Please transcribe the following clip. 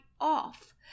off